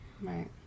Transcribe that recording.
Right